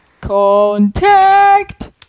CONTACT